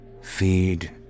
Feed